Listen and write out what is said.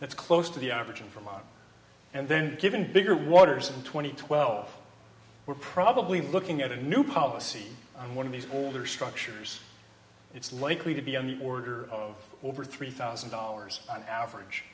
that's close to the average in vermont and then given bigger waters in two thousand and twelve we're probably looking at a new policy on one of these older structures it's likely to be on the order of over three thousand dollars on average